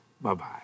bye-bye